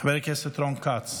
חבר הכנסת רון כץ,